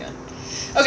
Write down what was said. okay